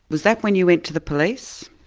was that when you went to the police?